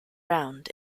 round